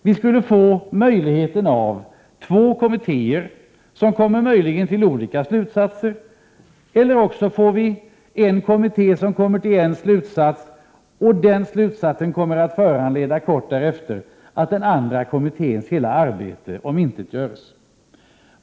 Det gör det möjligt att dessa två kommittéer kommer till olika slutsatser eller att en kommitté kommer till en slutsats och att den slutsatsen kort därefter föranleder att den andra kommitténs hela arbete omintetgörs.